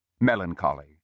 melancholy